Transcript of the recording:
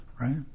Right